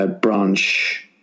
branch